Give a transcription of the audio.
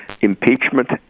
impeachment